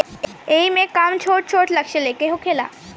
एईमे काम छोट छोट लक्ष्य ले के होखेला